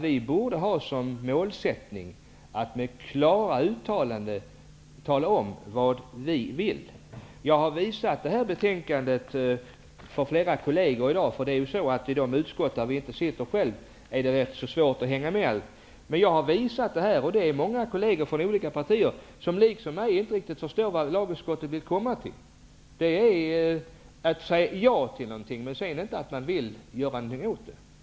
Vi borde ha som målsättning att med klara uttalanden tala om vad vi vill. Jag har i dag visat det här betänkandet för flera kolleger, eftersom det ju är rätt så svårt att hänga med i vad som händer i de utskott där man inte sitter själv, och det är många kolleger från olika partier som liksom jag inte förstår vad lagutskottet vill nå fram till. Utskottet säger ja till någonting men vill sedan inte göra något åt det.